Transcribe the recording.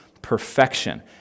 perfection